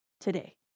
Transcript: today